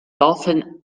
often